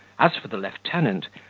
as for the lieutenant,